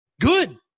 good